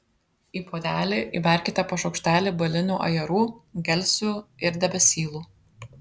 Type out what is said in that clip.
į puodelį įberkite po šaukštelį balinių ajerų gelsvių ir debesylų